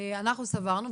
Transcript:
אנחנו סברנו,